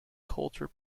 coulter